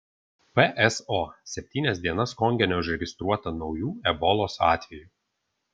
pso septynias dienas konge neužregistruota naujų ebolos atvejų